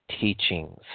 teachings